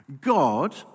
God